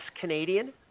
Canadian